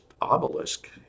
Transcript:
obelisk